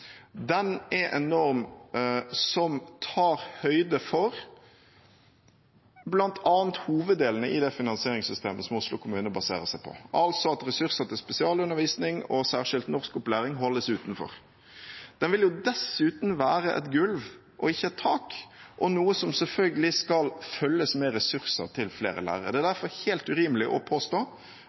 er en norm som tar høyde for bl.a. hoveddelene i det finansieringssystemet som Oslo kommune baserer seg på, altså at ressurser til spesialundervisning og særskilt norskopplæring holdes utenfor. Den vil dessuten være et gulv og ikke et tak, og noe som selvfølgelig skal følges med ressurser til flere lærere. Det er derfor helt urimelig å påstå